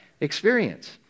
experience